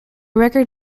record